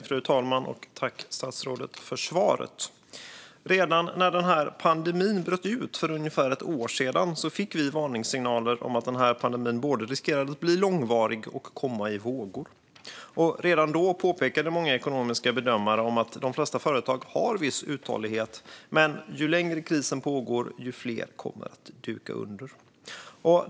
Fru talman! Tack, statsrådet, för svaret! Redan när pandemin bröt ut för ungefär ett år sedan fick vi varningssignaler om att den riskerade att bli långvarig och komma i vågor. Redan då påpekade många ekonomiska bedömare att de flesta företag har viss uthållighet men att ju längre krisen pågår, desto fler kommer att duka under.